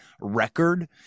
record